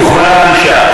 תוחמר הענישה.